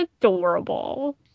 adorable